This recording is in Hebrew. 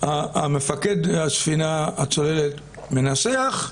מפקד הצוללת מנסח,